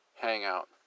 hangout